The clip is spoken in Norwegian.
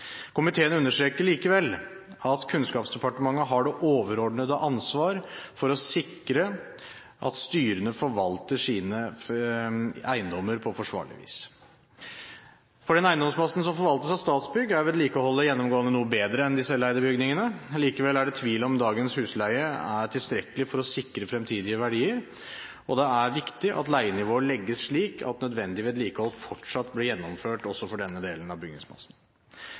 Komiteen understreker likevel at Kunnskapsdepartementet har det overordnede ansvar for å sikre at styrene forvalter sine eiendommer på forsvarlig vis. I den eiendomsmassen som forvaltes av Statsbygg, er vedlikeholdet gjennomgående noe bedre enn i de selveide bygningene. Likevel er det tvil om dagens husleie er tilstrekkelig for å sikre fremtidige verdier, og det er viktig at leienivået legges slik at nødvendig vedlikehold fortsatt blir gjennomført også for denne delen av bygningsmassen.